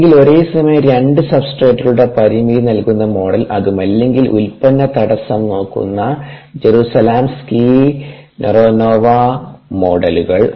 അല്ലെങ്കിൽ ഒരേസമയം രണ്ട് സബ്സ്ട്രേറ്റുകളുടെ പരിമിതി നൽകുന്ന മോഡൽ അതുമല്ലെങ്കിൽ ഉൽപ്പന്ന തടസ്സം നോക്കുന്ന ജെറുസാലിംസ്കി നെറോനോവ മോഡലുകൾ